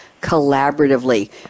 collaboratively